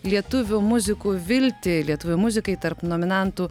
lietuvių muzikų viltį lietuvių muzikai tarp nominantų